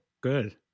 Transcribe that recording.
good